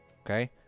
okay